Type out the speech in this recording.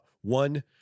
one